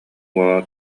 уола